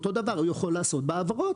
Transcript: אותו דבר הוא יכול לעשות בהעברות,